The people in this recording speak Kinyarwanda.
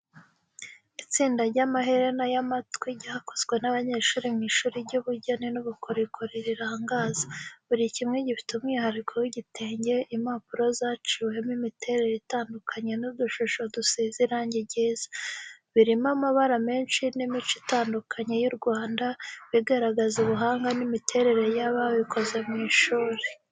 Itsinda ry’amaherena y’amatwi ryakozwe n’abanyeshuri mu ishuri ry’ubugeni n’ubukorikori rirangaza. Buri kimwe gifite umwihariko w'igitenge, impapuro zaciwemo imiterere itandukanye n’udushusho dusize irangi ryiza. Birimo amabara menshi n’imico itandukanye y'u Rwanda, bigaragaza ubuhanga n’imitekerereze y’ababikoze mu ishuri.